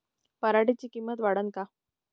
पराटीची किंमत वाढन का?